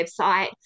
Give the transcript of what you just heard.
website